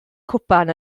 cwpan